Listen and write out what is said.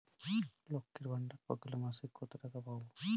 লক্ষ্মীর ভান্ডার প্রকল্পে মাসিক কত টাকা পাব?